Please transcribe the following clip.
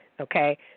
okay